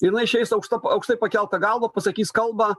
jinai išeis aukšta aukštai pakelta galva pasakys kalbą